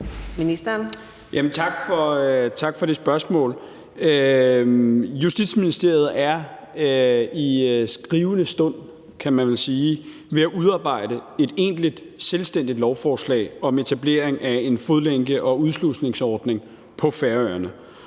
Tak for det spørgsmål. Justitsministeriet er i skrivende stund, kan man vel sige, ved at udarbejde et egentligt, selvstændigt lovforslag om etablering af en fodlænke- og udslusningsordning på Færøerne,